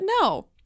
No